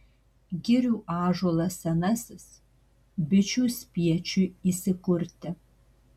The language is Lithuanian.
girių ąžuolas senasis bičių spiečiui įsikurti